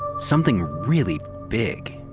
something really big